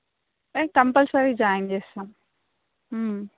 ఏ compulsory join చేస్తాం